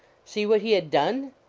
see what he had done!